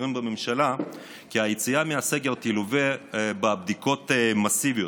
בכירים בממשלה כי היציאה מהסגר תלווה בבדיקות מסיביות,